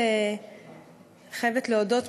אני חייבת להודות,